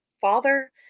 father